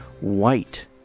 white